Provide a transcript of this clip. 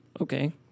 Okay